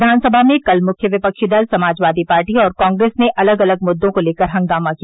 विधानसभा में कल मुख्य विपक्षी दल समाजवादी पार्टी और कांग्रेस ने अलग अलग मुद्दों को लेकर हंगामा किया